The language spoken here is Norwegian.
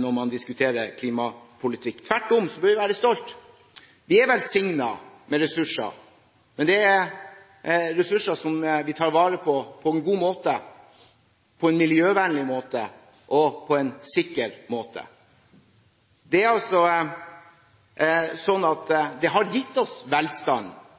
når man diskuterer klimapolitikk. Tvert om bør vi være stolte. Vi er velsignet med ressurser, men det er ressurser som vi tar vare på på en god måte, på en miljøvennlig måte og på en sikker måte. Det har gitt oss velstand, det har gitt oss